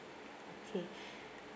okay